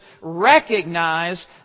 recognize